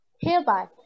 Hereby